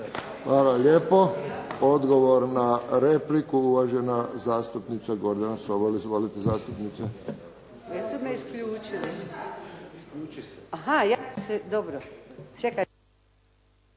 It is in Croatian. Hvala lijepo. Odgovor na repliku uvažena zastupnica Gordana Sobol. Izvolite zastupnice.